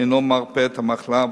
אינו מרפא את המחלה,